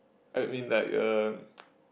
I mean like uh